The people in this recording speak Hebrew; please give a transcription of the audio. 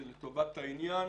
זה לטובת העניין